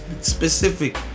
specific